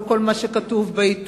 לא כל מה שכתוב בעיתון,